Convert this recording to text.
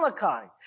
Malachi